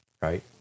right